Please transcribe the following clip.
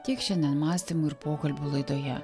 tiek šiandien mąstymų ir pokalbių laidoje